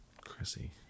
Chrissy